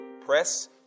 Press